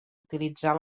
utilitzar